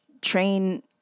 train